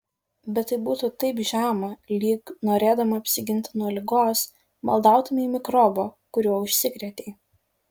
bet tai būtų taip žema lyg norėdama apsiginti nuo ligos maldautumei mikrobo kuriuo užsikrėtei